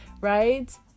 right